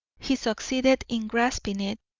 he succeeded in grasping it,